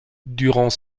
durant